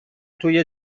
توی